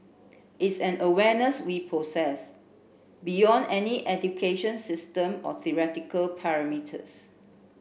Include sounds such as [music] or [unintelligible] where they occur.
it's an awareness we possess beyond any education system or theoretical [unintelligible]